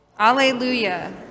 Alleluia